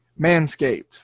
Manscaped